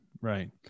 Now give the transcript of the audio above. Right